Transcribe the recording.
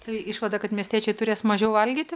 tai išvada kad miestiečiai turės mažiau valgyti